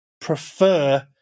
prefer